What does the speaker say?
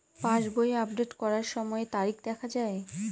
পাসবই update করার সময়ে তারিখ দেখা য়ায়?